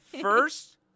first